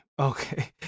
okay